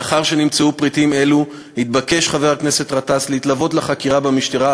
לאחר שנמצאו פריטים אלו התבקש חבר הכנסת גטאס להתלוות לחקירה במשטרה,